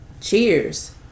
Cheers